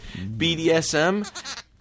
BDSM